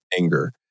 anger